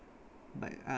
but uh